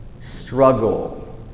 struggle